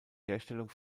herstellung